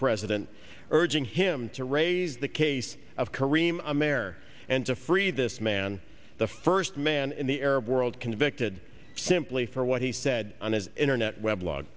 president urging him to raise the case of karim there and to free this man the first man in the arab world convicted simply for what he said on his internet web lo